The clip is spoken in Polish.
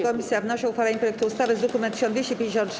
Komisja wnosi o uchwalenie projektu ustawy z druku nr 1253.